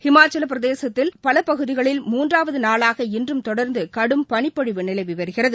ஹிமாச்சலப் பிரதேச மாநிலத்தின் பல பகுதிகளில் மூன்றாவது நாளாக இன்றும் தொடர்ந்து கடும் பனிப்பொழிவு நிலவி வருகிறது